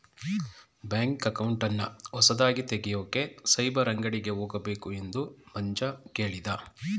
bank ಅಕೌಂಟನ್ನ ಹೊಸದಾಗಿ ತೆಗೆಯೋಕೆ ಸೈಬರ್ ಅಂಗಡಿಗೆ ಹೋಗಬೇಕು ಎಂದು ಮಂಜ ಕೇಳಿದ